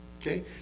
okay